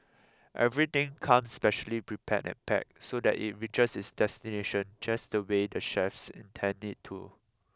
everything comes specially prepared and packed so that it reaches its destination just the way the chefs intend it to